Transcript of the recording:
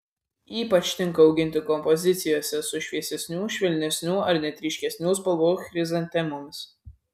ypač tinka auginti kompozicijose su šviesesnių švelnesnių ar net ryškesnių spalvų chrizantemomis